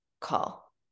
call